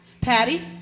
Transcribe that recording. Patty